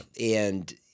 and-